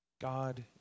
God